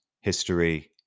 history